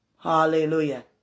Hallelujah